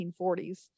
1940s